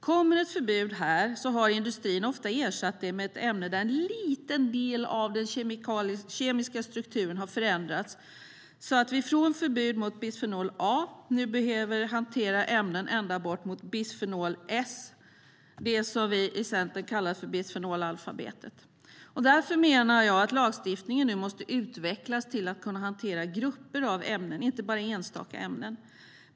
Kommer ett förbud här har industrin ofta ersatt ämnet med ett ämne där en liten del av den kemiska strukturen har förändrats. Från förbud mot bisfenol A behöver vi nu hantera ämnen ända bort mot bisfenol S. Det är vad vi i Centern kallar bisfenolalfabetet. Därför menar jag att lagstiftningen nu måste utvecklas till att kunna hantera grupper av ämnen och inte bara enstaka ämnen.